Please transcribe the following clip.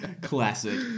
Classic